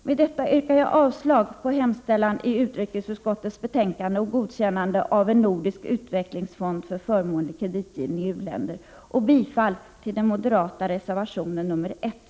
Med detta yrkar jag avslag på hemställan i utrikesutskottets betänkande om godkännande av en nordisk utvecklingsfond för förmånlig kreditgivning i u-länder och bifall till den moderata reservationen nr 1.